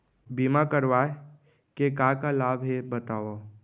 बीमा करवाय के का का लाभ हे बतावव?